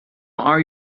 are